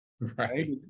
right